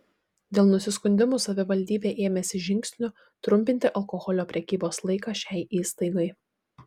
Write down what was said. dėl nusiskundimų savivaldybė ėmėsi žingsnių trumpinti alkoholio prekybos laiką šiai įstaigai